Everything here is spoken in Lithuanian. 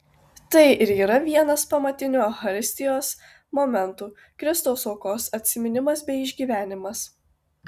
tai ir yra vienas pamatinių eucharistijos momentų kristaus aukos atsiminimas bei išgyvenimas